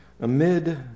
amid